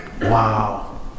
Wow